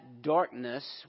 darkness